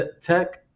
tech